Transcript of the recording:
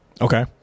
Okay